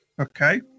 Okay